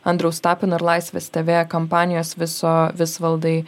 andriaus tapino ir laisvės tv kampanijos viso visvaldai